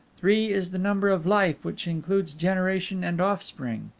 three is the number of life which includes generation and offspring.